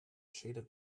shaded